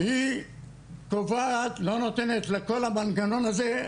היא קובעת, לא נותנת לכל המנגנון הזה,